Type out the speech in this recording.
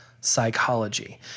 psychology